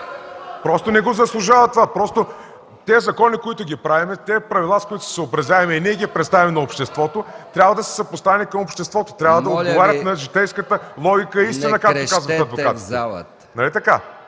Просто не го заслужават! Тези закони, които ги правим, тези правила, с които се съобразяваме и ние ги представяме на обществото, трябва да са съпоставени към обществото. Трябва да отговарят на житейската логика и истина, както казват адвокатите. (Силен шум